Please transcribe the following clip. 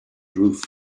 roof